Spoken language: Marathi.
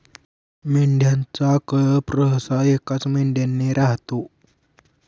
मेंढ्यांचा कळप सहसा एकाच मेंढ्याने राहतो